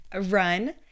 run